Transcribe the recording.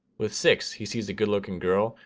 with six, he sees a good-looking girl,